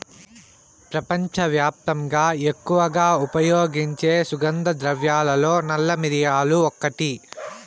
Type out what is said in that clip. ప్రపంచవ్యాప్తంగా ఎక్కువగా ఉపయోగించే సుగంధ ద్రవ్యాలలో నల్ల మిరియాలు ఒకటి